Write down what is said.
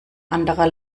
anderer